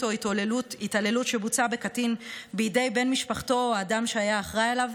או התעללות שבוצעה בקטין בידי בן משפחתו או אדם שהיה אחראי עליו,